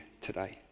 today